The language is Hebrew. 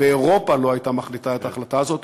ואירופה לא הייתה מחליטה את ההחלטה הזאת